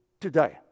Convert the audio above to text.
today